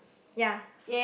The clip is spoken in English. ya